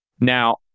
Now